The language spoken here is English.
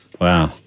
Wow